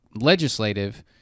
legislative